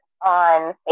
On